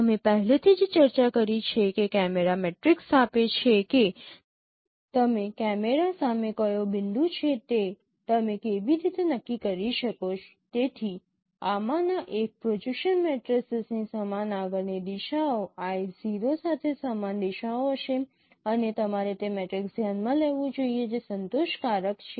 અમે પહેલેથી જ ચર્ચા કરી છે કે કેમેરા મેટ્રિક્સ આપેલ છે કે તમે કેમેરા સામે કયો બિંદુ છે તે તમે કેવી રીતે નક્કી કરી શકો તેથી આમાંના એક પ્રોજેકશન મેટ્રિસીસની સમાન આગળની દિશાઓ I | 0 સાથે સમાન દિશાઓ હશે અને તમારે તે મેટ્રિક્સ ધ્યાનમાં લેવું જોઈએ જે સંતોષકારક છે